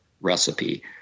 recipe